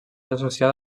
associada